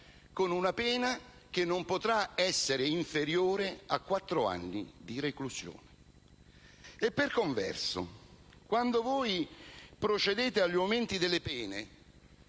con una pena che non potrà essere inferiore a quattro anni di reclusione. Per converso, quando voi procedete all'aumento delle pene